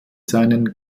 seinen